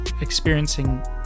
experiencing